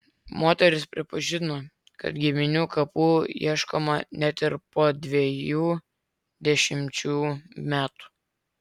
moteris pripažino kad giminių kapų ieškoma net ir po dviejų dešimčių metų